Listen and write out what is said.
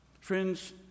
Friends